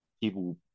people